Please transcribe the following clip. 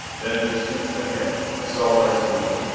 then, a distance ahead, i saw lights moving.